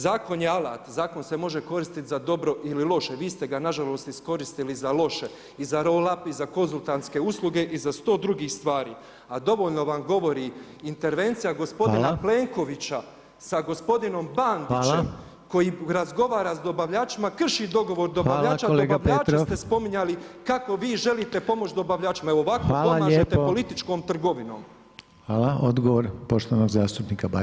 Zakon je alat, zakon se može koristiti za dobro ili loše, vi ste ga nažalost iskoristili za loše, i za roll up i za konzultantske usluge i za sto drugih stvari a dovoljno vam govori intervencija gospodina Plenkovića sa gospodinom Bandićem koji razgovara sa dobavljačima, krši dogovor dobavljača, dobavljače se ste spominjali kako vi želite pomoći dobavljačima, evo ovako pomažete političkom trgovinom.